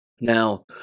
Now